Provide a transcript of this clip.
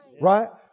Right